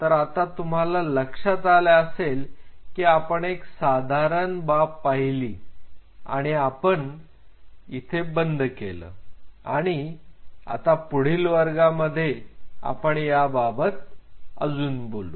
तर आता तुम्हाला लक्षात आले असेल की आपण एक साधारण बाब पाहिली आणि आपण तिथे बंद केली आहे पुढील वर्गामध्ये आपण पण याबाबत अजून बोलू